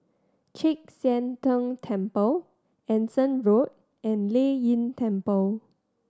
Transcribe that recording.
Chek Sian Tng Temple Anson Road and Lei Yin Temple